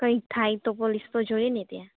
કંઈ થાય તો પોલીસ તો જોઈએ ને